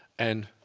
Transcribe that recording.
and